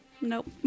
Nope